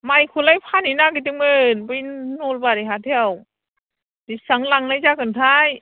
माइखौलाय फानहैनो नागिरदोंमोन बै नलबारि हाथायाव बेसां लांनाय जागोनथाय